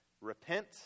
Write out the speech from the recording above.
Repent